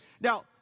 Now